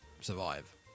survive